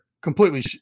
completely